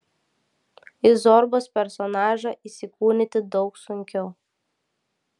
į zorbos personažą įsikūnyti daug sunkiau